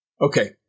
Okay